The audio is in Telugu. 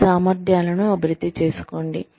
మీ సామర్థ్యాలను అభివృద్ధి చేసుకోండి